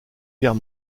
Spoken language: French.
guerre